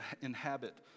inhabit